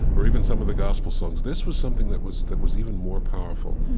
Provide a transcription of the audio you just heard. or even some of the gospel songs. this was something that was that was even more powerful.